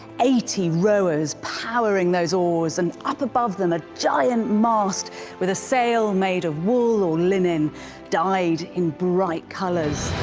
eighty rowers powering those oars and up above them a giant mast with a sail made of wool or linen dyed in bright colors.